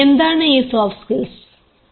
എന്താണ് ഈ soft skills